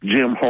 Jim